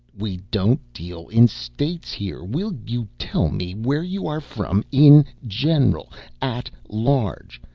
we don't deal in states here. will you tell me where you are from in general at large,